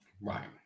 Right